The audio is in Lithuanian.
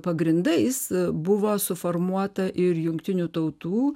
pagrindais buvo suformuota ir jungtinių tautų